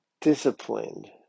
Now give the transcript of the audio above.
disciplined